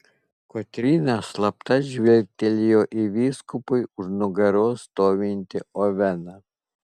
kotryna slapta žvilgtelėjo į vyskupui už nugaros stovintį oveną